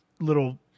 little